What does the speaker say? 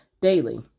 daily